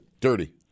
dirty